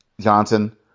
Johnson